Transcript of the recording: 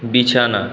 বিছানা